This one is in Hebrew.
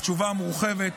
התשובה הנרחבת,